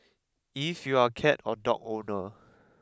if you are a cat or dog owner